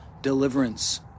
deliverance